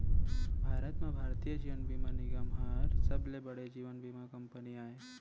भारत म भारतीय जीवन बीमा निगम हर सबले बड़े जीवन बीमा कंपनी आय